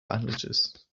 bandages